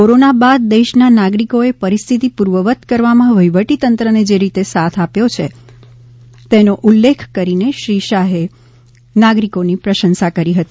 corona બાદ દેશના નાગરિકોએ પરિસ્થિતિ પૂર્વવત કરવામાં વહીવટીતંત્રને જે રીતે સાથ આપ્યો તેનો ઉલ્લેખ કરીને શ્રી શાહે નાગરિકોની પ્રશંસા કરી હતી